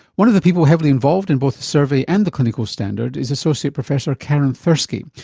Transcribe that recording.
one of the people heavily involved in both the survey and the clinical standard is associate professor karin thursky,